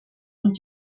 und